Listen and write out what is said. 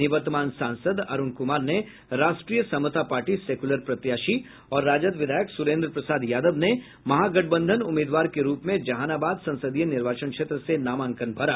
निवर्तमान सांसद अरूण कुमार ने राष्ट्रीय समता पार्टी सेक्यूलर प्रत्याशी और राजद विधायक सुरेन्द्र प्रसाद यादव ने महागठबंधन उम्मीदवार के रूप में जहानाबाद संसदीय क्षेत्र से नामांकन भरा